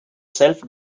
self